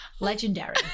Legendary